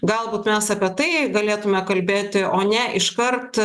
galbūt mes apie tai galėtume kalbėti o ne iškart